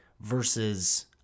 versus